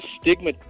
stigma